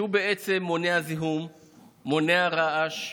שבעצם מונע זיהום ומונע רעש.